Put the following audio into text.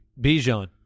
Bijan